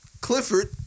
Clifford